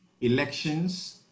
elections